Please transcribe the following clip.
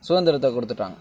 சுதந்திரத்த கொடுத்துட்டாங்க